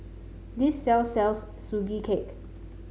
this sell sells Sugee Cake